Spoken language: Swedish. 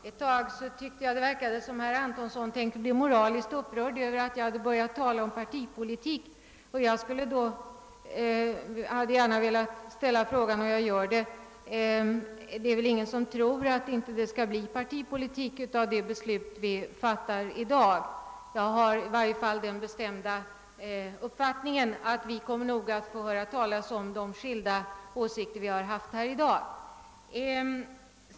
Herr talman! Ett tag tyckte jag att det verkade som om herr Antonsson tänkte bli moraliskt upprörd över att jag hade börjat tala om partipolitik. Men det är väl ingen som tror att det inte skall bli partipolitik av det beslut vi fattar i dag? I varje fall har jag den bestämda uppfattningen, att vi i fortsättningen kommer att få höra talas om de skilda åsikter som vi har framfört i dag.